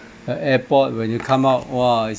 the airport when you come out !wah!